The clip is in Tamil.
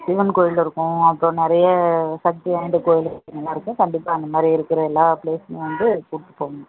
சிவன் கோயில் இருக்கும் அதற்கு நிறைய சக்தி வாய்ந்த கோயில் நல்லாருக்கும் கண்டிப்பாக அந்த மாதிரி இருக்கிற எல்லா ப்ளேஸ்மே வந்து கூட்டிட்டு போகறன்